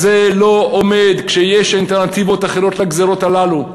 זה לא עומד כשיש אלטרנטיבות לגזירות הללו.